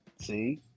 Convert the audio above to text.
See